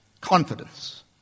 confidence